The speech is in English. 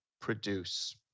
produce